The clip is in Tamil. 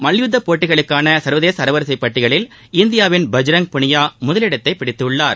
மல்யுத்த போட்டிகளுக்கான சா்வதேச தரவரிசைப் பட்டியிலில் இந்தியாவின் பஜ்ரங் புனியா முதலிடத்தைப் பிடித்தார்